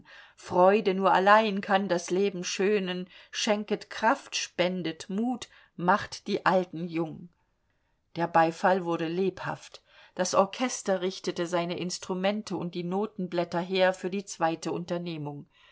freude nur allein kann das leben schönen schenket kraft spendet mut macht die alten jung der beifall wurde lebhaft das orchester richtete seine instrumente und die notenblätter her für die zweite unternehmung